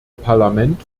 parlament